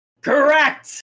Correct